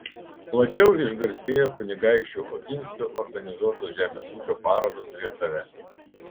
plačiau išgarsėjo kunigaikščių oginskių organizuotos žemės ūkio parodos rietave